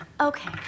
Okay